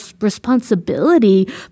responsibility